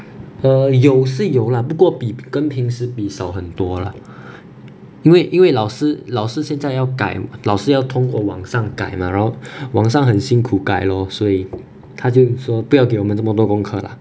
err 有是有啦不过比跟平时比少很多啦因为因为老师老师现在要改老师要通过网上改 mah 然后网上很辛苦改 lor 所以他就说不要给我们这么多功课啦